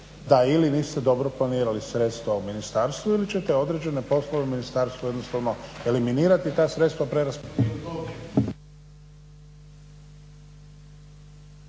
da ili niste dobro planirali sredstva u ministarstvu ili ćete određene poslove u ministarstvu jednostavno eliminirati i ta sredstava